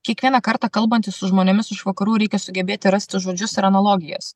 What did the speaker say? kiekvieną kartą kalbantis su žmonėmis iš vakarų reikia sugebėti rasti žodžius ir analogijas